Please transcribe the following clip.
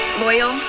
loyal